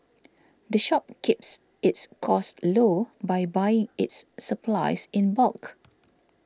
the shop keeps its costs low by buying its supplies in bulk